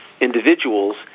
individuals